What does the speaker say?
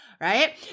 right